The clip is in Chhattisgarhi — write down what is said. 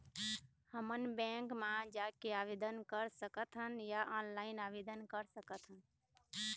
हमन बैंक मा जाके आवेदन कर सकथन या ऑनलाइन आवेदन कर सकथन?